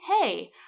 Hey